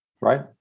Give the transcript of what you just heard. Right